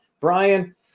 Brian